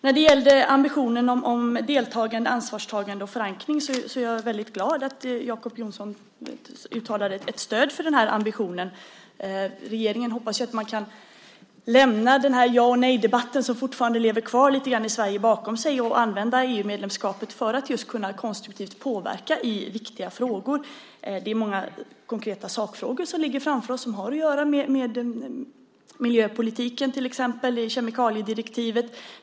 Jag är glad att Jacob Johnson uttalade ett stöd för ambitionen om deltagande, ansvarstagande och förankring. Regeringen hoppas att man kan lämna ja och nejdebatten som fortfarande lever kvar i Sverige bakom sig och använda EU-medlemskapet för att konstruktivt påverka i viktiga frågor. Det är många konkreta sakfrågor som ligger framför oss som har att göra med till exempel miljöpolitiken. Det är kemikaliedirektivet.